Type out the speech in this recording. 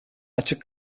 açık